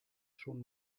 schon